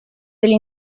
degli